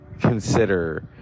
consider